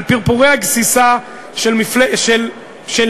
על פרפורי הגסיסה של מי?